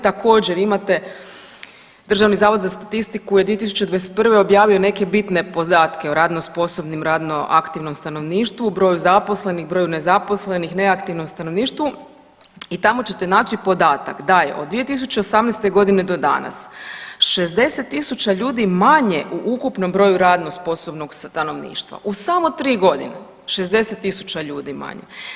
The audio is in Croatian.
Također, imate Državni zavod za statistiku je 2021. objavio neke bitne podatke o radno sposobnim, radno aktivnom stanovništvu, broju zaposlenih, broju nezaposlenih, neaktivnom stanovništvu i tamo ćete naći podatak da je od 2018. g. do danas 60 000 ljudi manje u ukupnom broju radno sposobnog stanovništva u samo 3 godine, 60.000 ljudi manje.